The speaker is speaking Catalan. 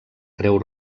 creu